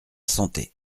santé